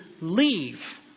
leave